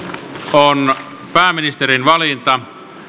on pääministerin valinta